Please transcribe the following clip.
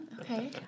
Okay